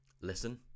listen